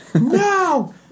No